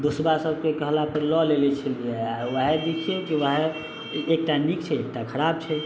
दोसरा सबके कहलापर लअ लेने छलियै आओर वएह जे छै वएह एकटा नीक छै एकटा खराब छै